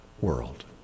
world